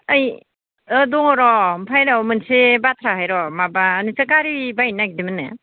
ओइ ओह दङ र' ओमफ्राय र' मोनसे बाथ्राहाय र' माबा नोंस्रा गारि बायनो नागिरदोंमोन नो